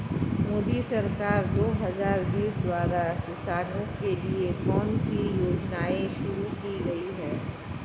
मोदी सरकार दो हज़ार बीस द्वारा किसानों के लिए कौन सी योजनाएं शुरू की गई हैं?